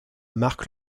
marque